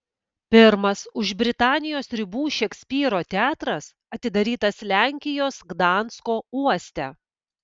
pirmas už britanijos ribų šekspyro teatras atidarytas lenkijos gdansko uoste